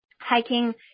hiking